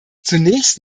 zunächst